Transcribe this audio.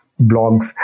blogs